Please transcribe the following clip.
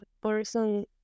person